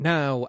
Now